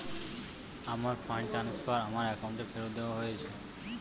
আমার fund transfer আমার অ্যাকাউন্টে ফেরত দেওয়া হয়েছে